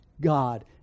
God